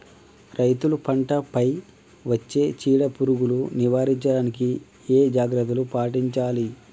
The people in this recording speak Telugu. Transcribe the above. రైతులు పంట పై వచ్చే చీడ పురుగులు నివారించడానికి ఏ జాగ్రత్తలు పాటించాలి?